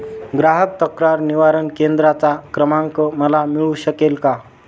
ग्राहक तक्रार निवारण केंद्राचा क्रमांक मला मिळू शकेल का?